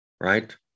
Right